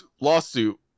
lawsuit